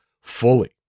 fully